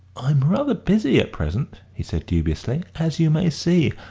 i'm rather busy at present, he said dubiously, as you may see.